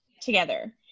together